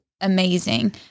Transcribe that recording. amazing